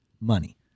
Money